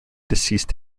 deceased